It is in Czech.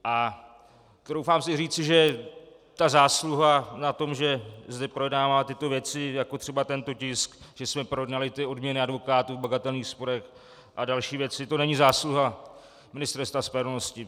A troufám si říci, že zásluha na tom, že zde projednáváme tyto věci, jako třeba tento tisk, že jsme projednali odměny advokátů v bagatelních sporech a další věci, to není zásluha Ministerstva spravedlnosti.